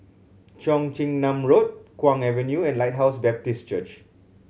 Cheong Chin Nam Road Kwong Avenue and Lighthouse Baptist Church